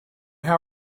how